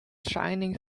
shining